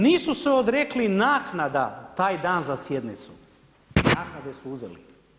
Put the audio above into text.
Nisu se odrekli naknada taj dan za sjednicu, naknade su uzeli.